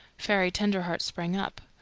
fairy tenderheart sprang up.